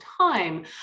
time